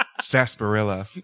Sarsaparilla